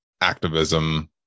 activism